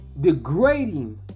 degrading